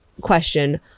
question